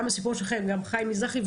וגם הסיפור שלכם וגם של חיים מזרחי.